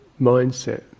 mindset